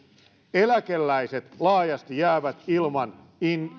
eläkeläiset laajasti jäävät ilman